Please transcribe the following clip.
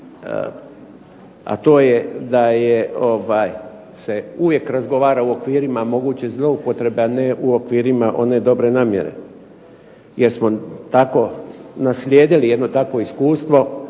a to je se uvijek razgovara u okvirima moguće zloupotrebe, a ne u okvirima one dobre namjere, jer smo naslijedili jedno takvo iskustvo